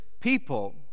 people